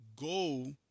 go